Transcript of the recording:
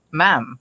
ma'am